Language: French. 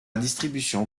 distribution